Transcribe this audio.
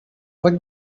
what